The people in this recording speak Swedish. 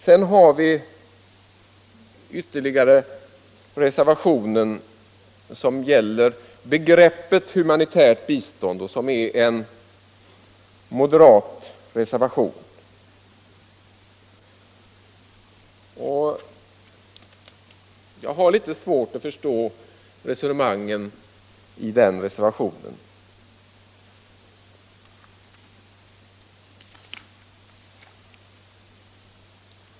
Sedan har vi den reservationen som gäller humanitärt bistånd — det är en moderatreservation. Jag har litet svårt att förstå resonemanget i den reservationen.